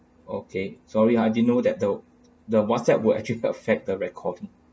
okay sorry ha I didn't know that the the whatsapp will actually affect the record